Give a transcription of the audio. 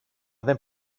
δεν